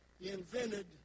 invented